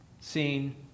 seen